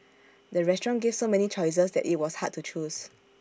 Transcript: the restaurant gave so many choices that IT was hard to choose